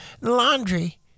laundry